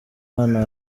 abana